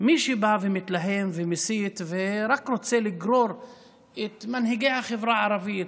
מי שבא ומתלהם ומסית ורק רוצה לגרור את מנהיגי החברה הערבית,